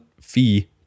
fee